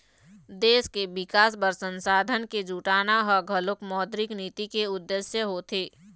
देश के बिकास बर संसाधन के जुटाना ह घलोक मौद्रिक नीति के उद्देश्य होथे